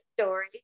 story